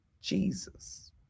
Jesus